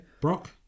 Brock